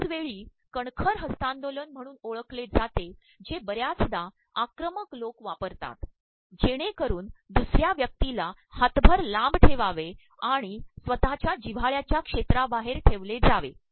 त्याच वेळी कणखर हस्त्तांदोलन म्हणून ओळखले जाते जे बर्याचदा आक्रमक लोक वापरतात जेणेकरून दसु र्या व्यक्तीला हातभार लांब ठेवावे आणण स्त्वतःच्या प्जव्हाळ्याच्या क्षेराबाहेर ठेवले जावे